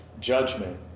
judgment